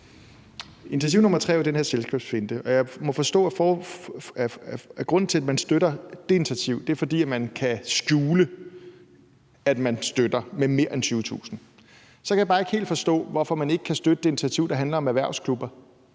Initiativ nr. 3 er jo om den her selskabsfinte, og jeg må forstå, at grunden til, at ordføreren støtter det initiativ, er, at man kan skjule, at man støtter med mere end 20.000 kr. Så kan jeg bare ikke helt forstå, hvorfor man ikke kan støtte det initiativ, der handler om erhvervsklubber,